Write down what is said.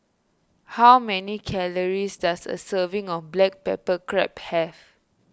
how many calories does a serving of Black Pepper Crab have